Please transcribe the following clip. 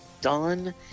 done